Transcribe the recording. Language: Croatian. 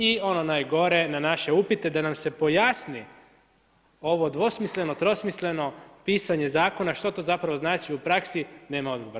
I ono najgore, na naše upite da nam se pojasni ovo dvosmisleno, trosmisleno pisanje zakona što to zapravo znači u praksi nema odgovora.